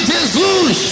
Jesus